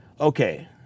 okay